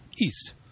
east